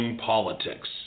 politics